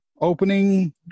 opening